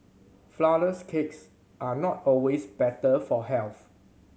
flourless cakes are not always better for health